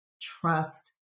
trust